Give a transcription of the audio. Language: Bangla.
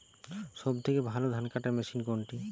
সবথেকে ভালো ধানকাটা মেশিন কোনটি?